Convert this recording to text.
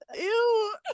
ew